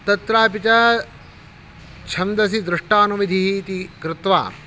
तत्रापि च छन्दसि दृष्टानुविधिः इति कृत्वा